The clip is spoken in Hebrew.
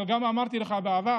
אבל גם אמרתי לך בעבר,